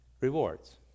Rewards